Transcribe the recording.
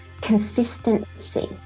consistency